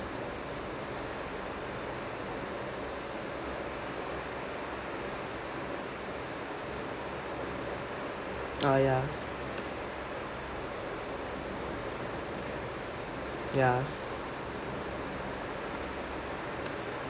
oh ya ya